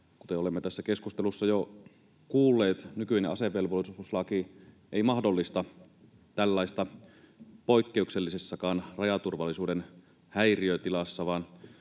kuten olemme tässä keskustelussa jo kuulleet, nykyinen asevelvollisuuslaki ei mahdollista tällaista poikkeuksellisessakaan rajaturvallisuuden häiriötilassa,